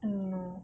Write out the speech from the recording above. no